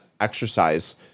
exercise